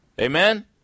Amen